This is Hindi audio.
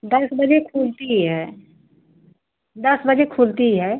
दस बजे खुलती है दस बजे खुलती है